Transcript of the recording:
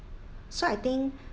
so I think